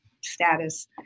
status